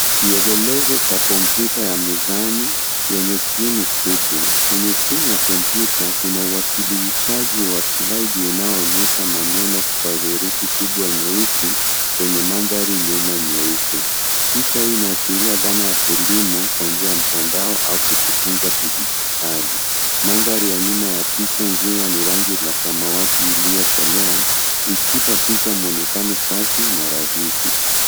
Kielelezo cha komputa ya mezani yenye skrini kubwa. Kwenye skrini ya komputa kuna uwasilishaji wa slide unaoonyesha maneno kwa herufi kubwa nyeusi kwenye mandhari nyuma nyeupe. Picha hii inaashiria dhana ya elimu kwa njia ya mtandao au kujifunza kidijitali. Mandhari ya nyuma ya picha nzima ni rangi la samawati iliyokolea ikipa picha mwonekano safi na rahisi.